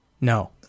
no